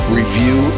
review